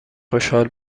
خوشحال